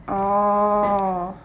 oh